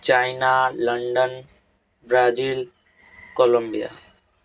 China London Brazil Colombia